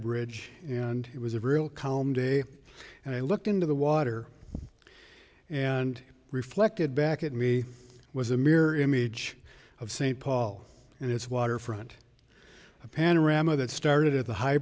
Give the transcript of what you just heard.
bridge and it was a real calm day and i looked into the water and reflected back at me was a mirror image of st paul and its waterfront a panorama that started at the